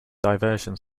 diversion